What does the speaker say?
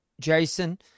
jason